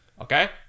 okay